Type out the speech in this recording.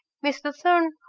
mr thorne,